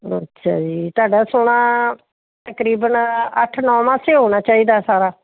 ਅੱਛਾ ਜੀ ਤੁਹਾਡਾ ਸੋਨਾ ਤਕਰੀਬਨ ਅੱਠ ਨੌਂ ਮਾਸੇ ਹੋਣਾ ਚਾਹੀਦਾ ਸਾਰਾ